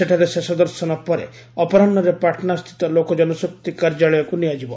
ସେଠାରେ ଶେଷଦର୍ଶନ ପରେ ଅପରାହ୍ନରେ ପାଟନାସ୍ଥିତ ଲୋକ ଜନଶକ୍ତି କାର୍ଯ୍ୟାଳୟକୁ ନିଆଯିବ